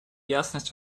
ясность